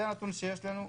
זה הנתון שיש לנו.